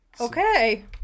okay